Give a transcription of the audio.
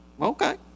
okay